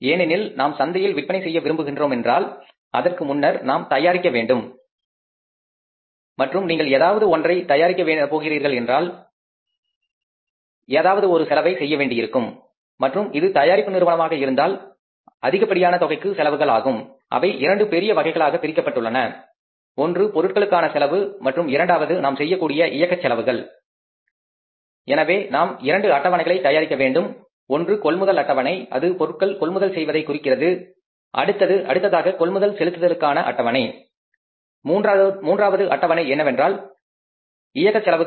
ஏனெனில் நாம் சந்தையில் விற்பனை செய்ய விரும்புகின்றோம் என்றால் அதற்கு முன்னர் நாம் தயாரிக்க வேண்டும் மற்றும் நீங்கள் ஏதாவது ஒன்றை தயாரிக்க போகின்றீர்கள் என்றால் ஏதாவது ஒரு செலவை செய்யவேண்டியிருக்கும் மற்றும் இது தயாரிப்பு நிறுவனமாக இருந்தால் அதிகப்படியான தொகைக்கு செலவுகள் ஆகும் அவை இரண்டு பெரிய வகைகளாக பிரிக்கப்பட்டுள்ளன ஒன்று பொருட்களுக்கான செலவு மற்றும் இரண்டாவது நாம் செய்யக்கூடிய இயக்க செலவுகள் எனவே நாம் இரண்டு அட்டவணைகளை தயாரிக்க வேண்டும் ஒன்று கொள்முதல் அட்டவணை அது பொருட்கள் கொள்முதல் செய்வதை குறிக்கின்றது அடுத்ததாக கொள்முதல் செலுத்துகைகளுக்கான அட்டவணை மூன்றாவது அட்டவணை என்னவென்றால் இயக்க செலவுகள்